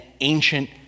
ancient